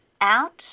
out